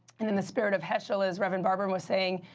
and in the spirit of heschel, as reverend barber was saying,